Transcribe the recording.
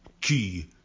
Key